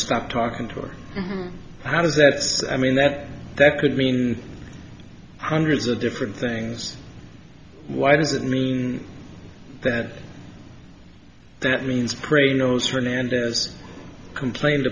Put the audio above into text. stop talking to her and how does that i mean that that could mean hundreds of different things why does it mean that that means prey knows hernandez complained